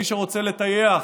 מי שרוצה לטייח